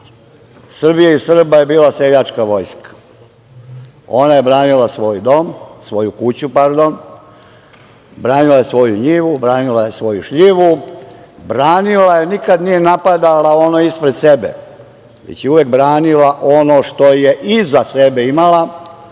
Srbije i Srba je bila seljačka vojska. Ona je branila svoj dom, svoju kuću, pardon, branila je svoju njihovu, branila je svoju šljivu, branila je i nikad nije napadala ono ispred sebe, već uvek branila ono što je iza sebe imala